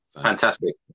Fantastic